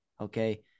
Okay